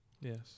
yes